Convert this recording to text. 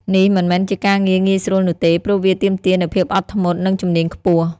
នេះមិនមែនជាការងារងាយស្រួលនោះទេ ព្រោះវាទាមទារនូវភាពអត់ធ្មត់ និងជំនាញខ្ពស់។